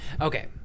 Okay